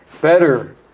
better